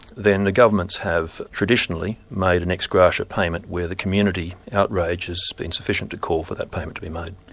then the governments have traditionally made an ex gratia payment where the community outrage has been sufficient to call for that payment to be made.